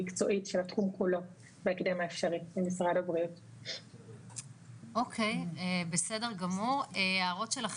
המשקאות המשכרים ממשרד הכלכלה והתעשיה למשרד הבריאות וקביעת הוראות בנושא